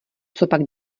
copak